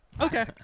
Okay